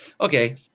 okay